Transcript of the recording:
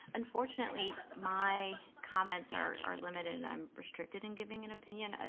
unfortunately, my comments are are limited and i'm restricted in giving an opinion. ah